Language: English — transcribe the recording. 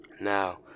now